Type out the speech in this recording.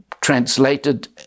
translated